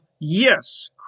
yes